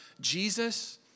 Jesus